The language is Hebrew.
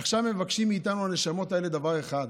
עכשיו מבקשות מאיתנו הנשמות האלה דבר אחד: